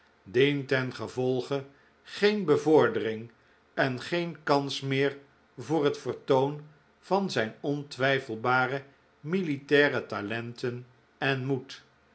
dientengevolge geen bevordering en geen kans meer voor het vertoon van zijn ontwijfelbare militaire talenten en moed